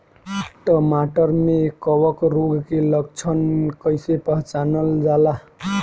टमाटर मे कवक रोग के लक्षण कइसे पहचानल जाला?